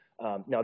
Now